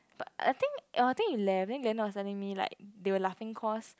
but I think I think he left then he was telling me they are laughing because